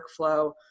workflow